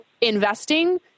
investing